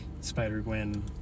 Spider-Gwen